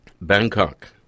Bangkok